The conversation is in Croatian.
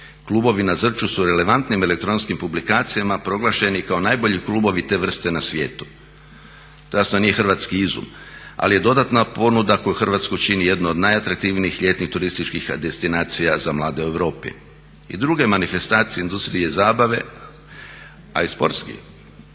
Klubovi na Zrču su relevantnim elektronskim publikacijama proglašeni kao najbolji klubovi te vrste na svijetu. To jasno nije hrvatski izum, ali je dodatna ponuda koju Hrvatsku čini jednu od najatraktivnijih ljetnih turističkih destinacija za mlade u Europi. I druge manifestacije industrije zabave, a i sportske,